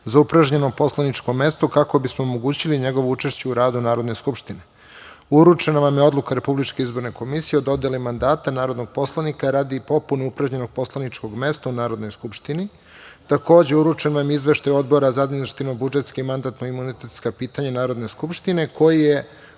za upražnjeno poslaničko mesto, kako bismo omogućili njegovo učešće u radu Narodne skupštine. Uručena vam je Odluka Republičke izborne komisije o dodeli mandata narodnog poslanika radi popune upražnjenog poslaničkog mesta u Narodnoj skupštini. Takođe, uručen vam je Izveštaj Odbora za administrativno-budžetska i mandatno-imunitetska pitanja Narodne skupštine, koji je